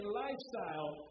lifestyle